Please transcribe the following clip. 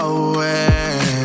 away